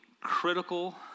critical